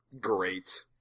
great